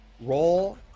Roll